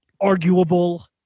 arguable